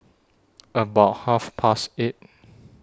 about Half Past eight